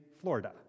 Florida